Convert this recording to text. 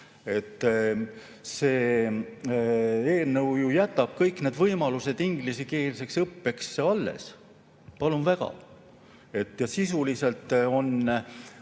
See eelnõu ju jätab kõik need võimalused ingliskeelseks õppeks alles. Palun väga! Sisuliselt on